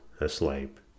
asleep